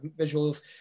visuals